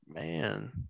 Man